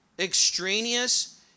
extraneous